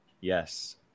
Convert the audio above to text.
Yes